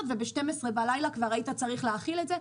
וב-24:00 בלילה כבר היית צריך להחיל את זה,